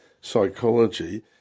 psychology